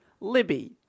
Libby